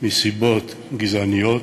מסיבות גזעניות,